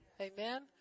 Amen